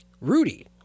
Rudy